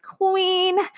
queen